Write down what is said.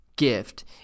gift